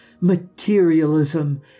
materialism